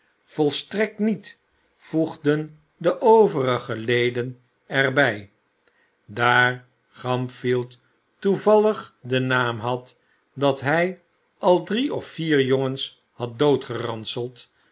volstrekt niet voegden de overige leden er bij daar gamfield toevallig den naam had dat hij al drie of vier jongens had